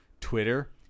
twitter